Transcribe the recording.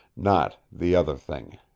not the other thing.